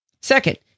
Second